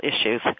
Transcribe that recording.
issues